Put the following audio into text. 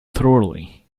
thoroughly